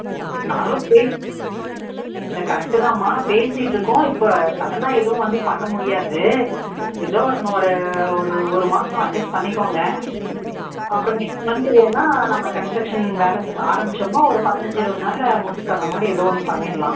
அதை நாங்களும் பேசி இல்லை கரெக்ட்டு தான்மா பேசிட்டுருக்கோம் இப்போ சடன்னா எதுவும் வந்து பண்ண முடியாது ஏதோ ஒரு இன்னும் ஒரு ஒரு ஒரு மாதம் அட்ஜஸ்ட் பண்ணிக்கோங்க அப்புறம் நெக்ஸ்ட் மன்த் இது வேணுனா நம்ம கன்ஸ்டக்ஷன் வேலை ஸ் ஆரம்பிச்சோம்னா ஒரு பதினைஞ்சு இருபது நாளில் முடித்து தர்ற மாதிரி ஏதோ ஒன்று பண்ணிடலாம்